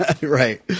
Right